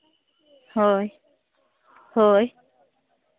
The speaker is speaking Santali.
ᱦᱳᱭ ᱦᱳᱭ